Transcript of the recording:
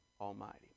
Almighty